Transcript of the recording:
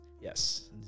Yes